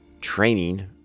training